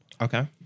Okay